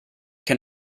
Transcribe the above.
can